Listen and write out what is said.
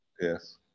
Yes